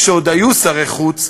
כשעוד היו שרי חוץ,